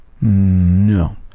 No